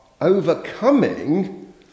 overcoming